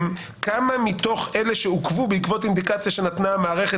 כמה מתוך אלה שעוכבו בעקבות אינדיקציה שנתנה המערכת